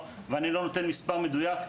למה אין מספר מדויק,